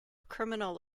criminal